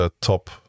top